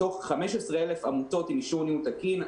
מתוך 15,000 עמותות עם אישור ניהול תקין,